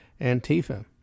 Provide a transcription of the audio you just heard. Antifa